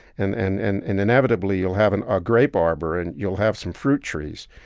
and and and and inevitably, you'll have and a grape arbor, and you'll have some fruit trees.